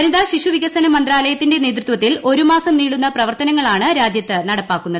വനിതാശിശു വികസന മന്ത്രാലയത്തിന്റെ നേതൃത്വത്തിൽ ഒരു മാസം നീളുന്ന പ്രവർത്തനങ്ങളാണ് രാജ്യത്ത് നടപ്പാക്കുന്നത്